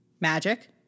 Magic